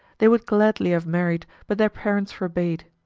they would gladly have married, but their parents forbade.